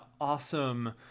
awesome